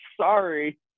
sorry